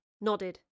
nodded